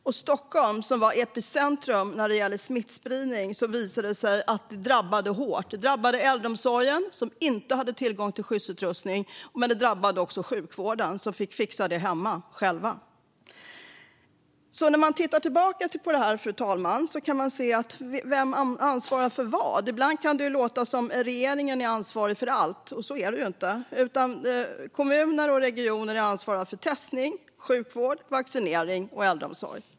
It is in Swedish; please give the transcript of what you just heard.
I Stockholm, som var epicentrum för smittspridningen, visade det sig drabba hårt. Det drabbade äldreomsorgen, som inte hade tillgång till skyddsutrustning, men det drabbade också sjukvården, som fick fixa det hemma själva. Vem ansvarar för vad, undrar man, fru talman. Ibland kan det låta som om regeringen är ansvarig för allt. Så är det inte. Kommuner och regioner är ansvariga för testning, sjukvård, vaccinering och äldreomsorg.